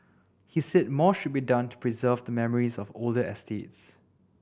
he said more should be done to preserve the memories of older estates